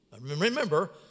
Remember